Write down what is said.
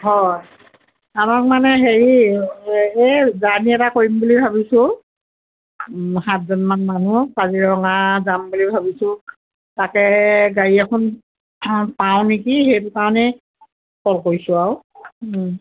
হয় আমাক মানে হেৰি এই জাৰ্নি এটা কৰিম বুলি ভাবিছোঁ সাতজনমান মানুহ কাজিৰঙা যাম বুলি ভাবিছোঁ তাকে গাড়ী এখন পাওঁ নেকি সেইটো কাৰণেই কল কৰিছোঁ আৰ